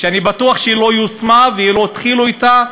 שאני בטוח שהיא לא יושמה ולא התחילו אתה,